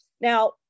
Now